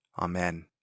Amen